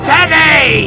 Today